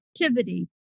activity